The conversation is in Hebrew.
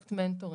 פרויקט מנטורינג.